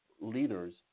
leaders